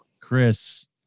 Chris